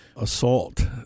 assault